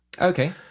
Okay